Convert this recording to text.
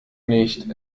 nicht